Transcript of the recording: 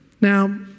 Now